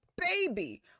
baby